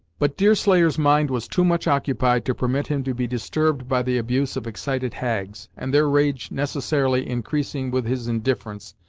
but deerslayer's mind was too much occupied to permit him to be disturbed by the abuse of excited hags, and their rage necessarily increasing with his indifference,